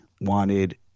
wanted